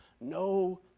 no